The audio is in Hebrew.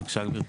בבקשה גברתי.